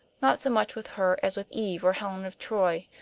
not so much with her as with eve or helen of troy,